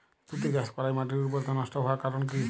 তুতে চাষ করাই মাটির উর্বরতা নষ্ট হওয়ার কারণ কি?